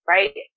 Right